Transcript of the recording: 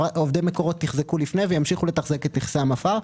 עובדי מקורות תחזקו לפני וימשיכו לתחזק את נכסי המפא"ר.